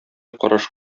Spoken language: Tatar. караш